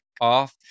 off